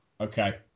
Okay